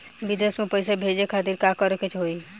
विदेश मे पैसा भेजे खातिर का करे के होयी?